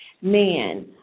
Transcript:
man